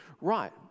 right